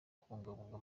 kubungabunga